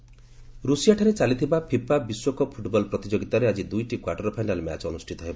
FIFA ରୁଷିଆଠାରେ ଚାଲିଥିବା FIFA ବିଶ୍ୱକପ୍ ଫୁଟବଲ ପ୍ରତିଯୋଗିତାରେ ଆକି ଦୁଇଟି କ୍ୱାର୍ଟର ଫାଇନାଲ୍ ମ୍ୟାଚ୍ ଅନୁଷ୍ଠିତ ହେବ